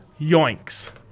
Yoinks